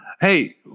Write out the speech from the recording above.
Hey